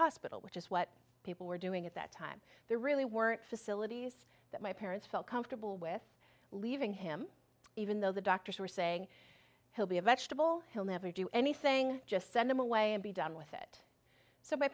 hospital which is what people were doing at that time there really weren't facilities that my parents felt comfortable with leaving him even though the doctors were saying he'll be a vegetable he'll never do anything just send them away and be done with it so my